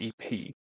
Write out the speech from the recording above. EP